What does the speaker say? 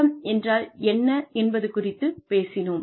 HRM என்றால் என்ன என்பது குறித்துப் பேசினோம்